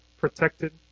protected